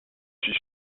suis